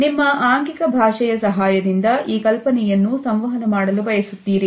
ನಿಮ್ಮ ಆಂಗಿಕ ಭಾಷೆಯ ಸಹಾಯದಿಂದ ಈ ಕಲ್ಪನೆಯನ್ನು ಸಂವಹನ ಮಾಡಲು ಬಯಸುತ್ತೀರಿ